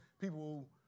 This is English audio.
people